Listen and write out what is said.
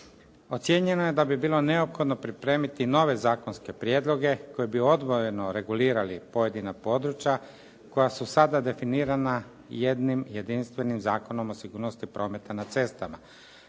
Ocijenjeno je da bi bilo neophodno pripremiti nove zakonske prijedloge koji bi odvojeno regulirali pojedina područja koja su sada definirana jednim jedinstvenim Zakonom o sigurnosti prometa na cestama,